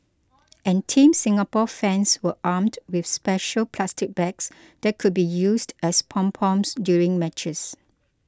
and Team Singapore fans were armed with special plastic bags that could be used as pom poms during matches